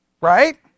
Right